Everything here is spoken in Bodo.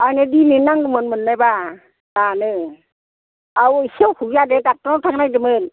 आंनो दिनैनो नांगौमोन मोन्नायबा दानो आहा इसे अपुब जादों डाक्टारनाव थांनो नागिरदोंमोन